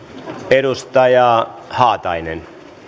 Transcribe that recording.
edustaja haatainen